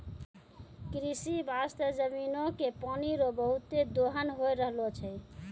कृषि बास्ते जमीनो के पानी रो बहुते दोहन होय रहलो छै